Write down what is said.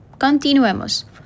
Continuemos